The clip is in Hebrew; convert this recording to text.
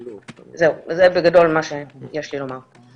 זהו, זה בגדול מה שיש לי לומר.